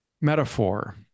metaphor